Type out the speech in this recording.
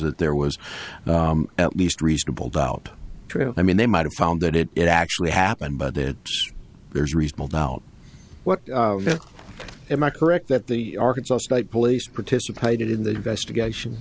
that there was at least reasonable doubt true i mean they might have found that it actually happened but that there's reasonable doubt what am i correct that the arkansas state police participated in the investigation